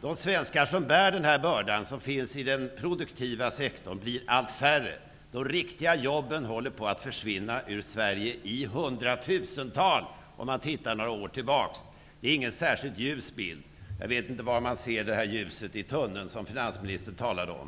De svenskar, som finns i den produktiva sektorn, som bär denna börda blir allt färre. Hundratusentals av de riktiga jobben håller på att försvinna ur Sverige. Om man tittar några år tillbaka ser man inte någon särskilt ljus bild. Jag vet inte var man ser det här ljuset i tunneln, som finansministern talade om.